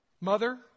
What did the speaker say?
Mother